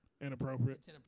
Inappropriate